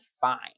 fine